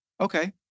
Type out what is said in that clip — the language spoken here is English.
Okay